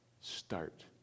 start